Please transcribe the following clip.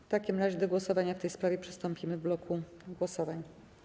W takim razie do głosowania w tej sprawie przystąpimy w bloku głosowań.